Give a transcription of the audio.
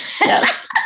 Yes